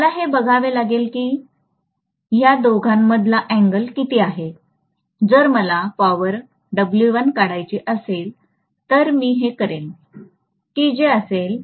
मला हे बघावे लागेल की आणि ह्या दोघांमधला अँगल किती आहे जर मला पॉवर W1 काढायची असेल तर मी हे करेल की जे असेल